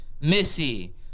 Missy